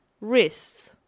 wrists